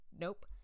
Nope